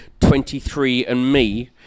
23andMe